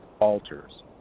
altars